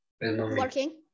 Working